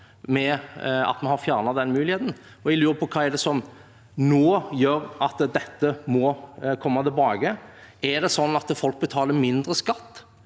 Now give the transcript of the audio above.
med at vi har fjernet den muligheten. Jeg lurer på hva som nå gjør at dette må komme tilbake. Er det sånn at folk betaler mindre skatt?